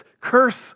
curse